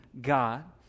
God